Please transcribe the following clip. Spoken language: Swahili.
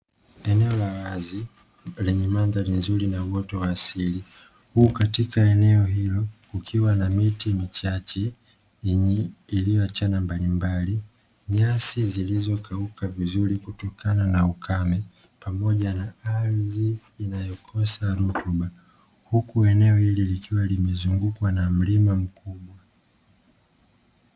Eneo la wazi lenye mandhari nzuri na wote wa asili, huu katika eneo hilo kukiwa na miti michache yenye iliyoachana mbalimbali, nyasi zilizokauka vizuri kutokana na ukame pamoja na ardhi inayokosa rutuba, huku eneo hili likiwa limezungukwa na mlima mkubwa.